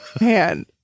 man